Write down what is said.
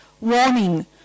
warning